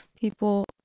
people